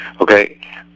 Okay